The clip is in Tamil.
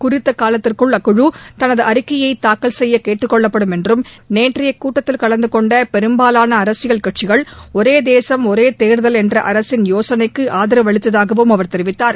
குறித்த காலத்திற்குள் அக்குழு தனது அறிக்கையை தாக்கல் செய்ய கேட்டுக் கொள்ளப்படும் என்றும் நேற்றைய கூட்டத்தில் கலந்து கொண்ட பெரும்பாவான அரசியல் கட்சிகள் ஒரே தேசம் ஒரே தேர்தல் என்ற அரசின் யோசனைக்கு ஆதரவளித்ததாகவும் அவர் தெரிவித்தார்